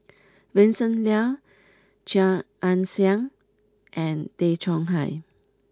Vincent Leow Chia Ann Siang and Tay Chong Hai